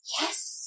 yes